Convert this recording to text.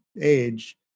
age